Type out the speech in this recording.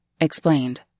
explained